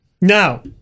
Now